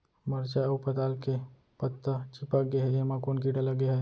मरचा अऊ पताल के पत्ता चिपक गे हे, एमा कोन कीड़ा लगे है?